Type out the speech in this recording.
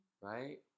right